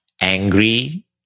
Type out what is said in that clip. Angry